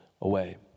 away